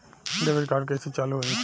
Debit card कइसे चालू होई?